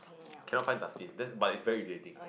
cannot find dustbin that's but its very irritating